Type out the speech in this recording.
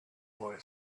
boy